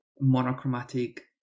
monochromatic